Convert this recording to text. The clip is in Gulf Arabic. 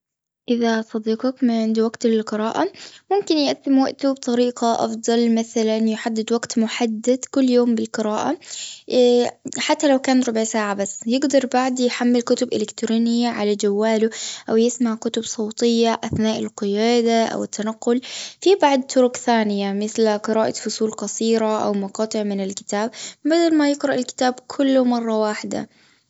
إذا صديقك ما عنده وقت للقراءة ممكن يقسم وقته بطريقة أفضل مثلا يحدد وقت محدد كل يوم للقراءة. اه حتى لو كان ربع ساعة بس ويقدر بعده يحمل كتب الكترونية على جواله أو يسمع كتب صوتية أثناء القيادة او التنقل. في بعض طرق ثاني مثل قراءة فصول قصيرة أو مقاطع من الكتاب. بدل ما يقرأ الكتاب كله مرة واحدة.